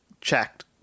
checked